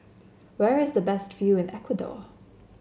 where is the best view in Ecuador